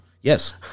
Yes